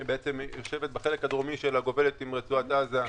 המועצה יושבת כך שבחלק הדרומי שלה היא גובלת עם רצועת עזה.